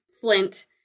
Flint